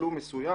בתשלום מסוים,